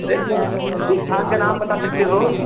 अरे तो स्थान का नाम बता सकते हो